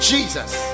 Jesus